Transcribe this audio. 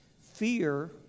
fear